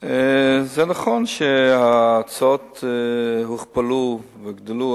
זה נכון שההוצאות הוכפלו והוגדלו.